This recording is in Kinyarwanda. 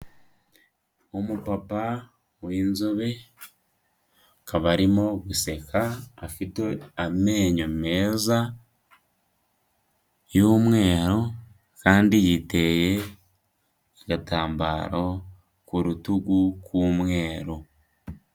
Umupapa w'inzobe, akaba arimo guseka afite amenyo meza y'umweru kandi yiteye agatambaro ku rutugu k'umweru.